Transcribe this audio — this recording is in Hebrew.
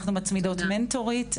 אנחנו מצמידות מנטורית,